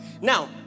Now